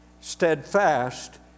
steadfast